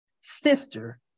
Sister